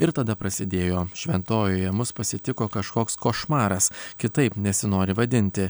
ir tada prasidėjo šventojoje mus pasitiko kažkoks košmaras kitaip nesinori vadinti